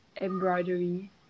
embroidery